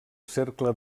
cercle